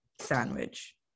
sandwich